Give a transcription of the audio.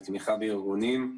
לתמיכה בארגונים,